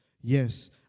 Yes